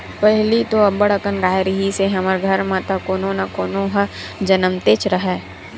पहिली तो अब्बड़ अकन गाय रिहिस हे हमर घर म त कोनो न कोनो ह जमनतेच राहय